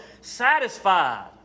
satisfied